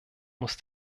muss